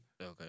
Okay